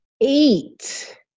eight